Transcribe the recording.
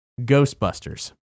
ghostbusters